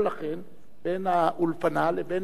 בין האולפנה לבין מקומות אחרים.